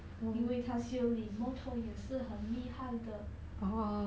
mm